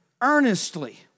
earnestly